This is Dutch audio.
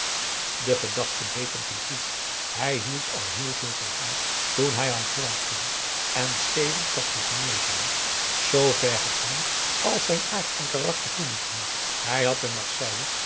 die gedachte deed hem verdriet hij hield al heel veel van haar toen hij uit holland ging en sedert was die genegenheid zoo ver gegaan als zijn aard en karakter toelieten hij had te marseille